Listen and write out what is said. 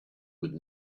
would